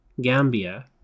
Gambia